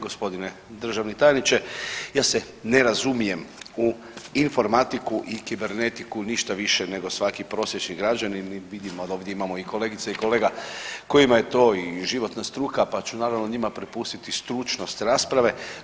Gospodine državni tajniče, ja se ne razumijem u informatiku i kibernetiku ništa više nego svaki prosječni građanin i vidimo da ovdje imamo i kolegica i kolega kojima je to i životna struka, pa ću naravno njima prepustiti stručnost rasprave.